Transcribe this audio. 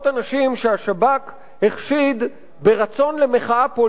שהשב"כ החשיד ברצון למחאה פוליטית,